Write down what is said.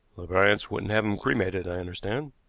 the bryants wouldn't have him cremated, i understand,